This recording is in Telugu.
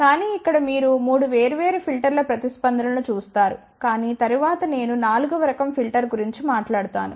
కానీ ఇక్కడ మీరు 3 వేర్వేరు ఫిల్టర్ల ప్రతిస్పందన లను చూస్తారు కాని తరువాత నేను 4 వ రకం ఫిల్టర్ గురించి కూడా మాట్లాడుతాను